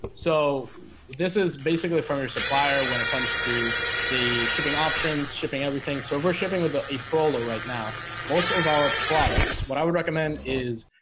so this is basically from your supplier when it comes to the shipping options shipping everything so if we're shipping with a pro low right now most of our products what i would recommend is